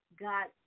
got